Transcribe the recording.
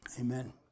Amen